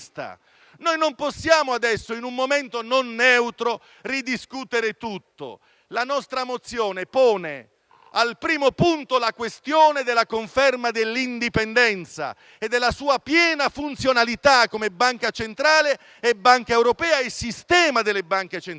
Non possiamo adesso, in un momento non neutro, ridiscutere tutto. La nostra mozione pone al primo punto la questione della conferma dell'indipendenza e della sua piena funzionalità, come banca centrale, come banca europea e nel sistema delle banche centrali.